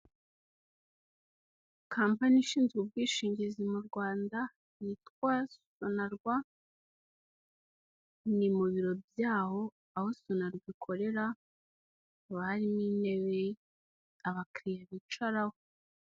Kampani ishinzwe ubwishingizi mu Rwanda yitwa Sonarwa ni mu biro byaho aho Sonarwa ikorera, hakaba harimo intebe abakiriya bicaraho.